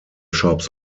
shops